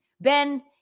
Ben